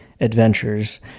adventures